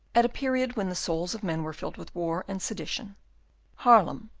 at a period when the souls of men were filled with war and sedition haarlem,